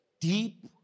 Deep